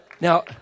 Now